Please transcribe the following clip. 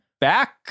back